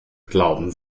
glauben